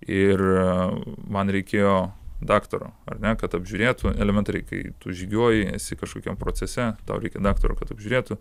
ir man reikėjo daktaro ar ne kad apžiūrėtų elementariai kai tu žygiuoji esi kažkokiam procese tau reikia daktaro kad apžiūrėtų